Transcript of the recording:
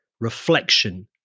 reflection